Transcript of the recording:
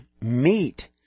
meat